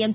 M